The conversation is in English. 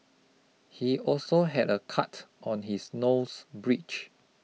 he also had a cut on his nose bridge